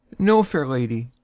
no, fair lady.